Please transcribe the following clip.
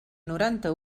noranta